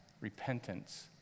repentance